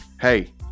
Hey